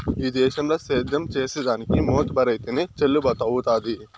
ఈ దేశంల సేద్యం చేసిదానికి మోతుబరైతేనె చెల్లుబతవ్వుతాది